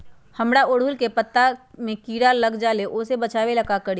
हमरा ओरहुल के पत्ता में किरा लग जाला वो से बचाबे ला का करी?